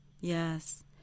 Yes